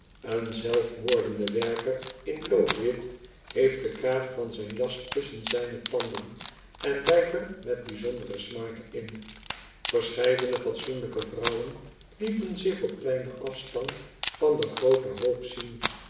een zelfmoordende werker in loodwit heeft den kraag van zijn jas tusschen zijne tanden en bijt er met bijzonderen smaak in verscheiden fatsoenlijke vrouwen lieten zich op kleinen afstand van den grooten hoop zien